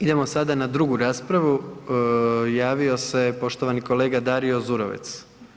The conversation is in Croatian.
Idemo sada na drugu raspravu, javio se poštovani kolega Dario Zurovec.